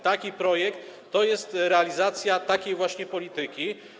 Taki projekt jest realizacją takiej właśnie polityki.